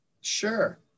Sure